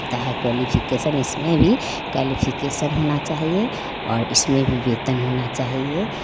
होता है क्वालीफ़िकेसन इसमें भी क्वालीफ़िकेसन होना चाहिए और इसमें भी वेतन होना चाहिए